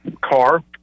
car